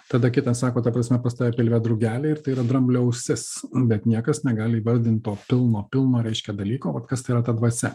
tada kitas sako ta prasme pas tave pilve drugeliai ir tai yra dramblio ausis bet niekas negali įvardint to pilno pilno reiškia dalyko vat kas tai yra ta dvasia